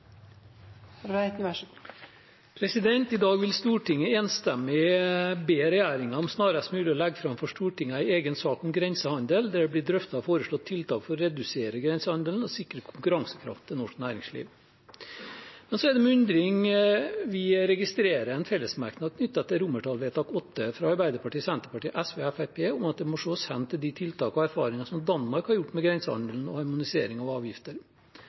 foreslått tiltak for å redusere grensehandelen og sikre konkurransekraften til norsk næringsliv. Men så registrerer vi med undring en fellesmerknad knyttet til forslag til vedtak VIII, fra Arbeiderpartiet, Senterpartiet, SV og Fremskrittspartiet, om at det må ses hen til de tiltak og erfaringer som Danmark har gjort med grensehandelen og harmonisering av avgifter,